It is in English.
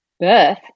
birth